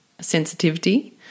sensitivity